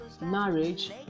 marriage